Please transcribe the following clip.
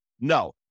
no